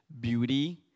beauty